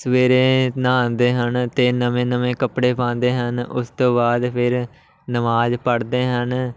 ਸਵੇਰੇ ਨਹਾਉਂਦੇ ਹਨ ਅਤੇ ਨਵੇਂ ਨਵੇਂ ਕੱਪੜੇ ਪਾਉਂਦੇ ਹਨ ਉਸ ਤੋਂ ਬਾਅਦ ਫਿਰ ਨਮਾਜ਼ ਪੜ੍ਹਦੇ ਹਨ